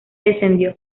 descendió